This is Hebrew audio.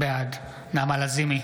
בעד נעמה לזימי,